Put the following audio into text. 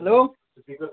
hello